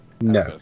No